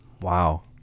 Wow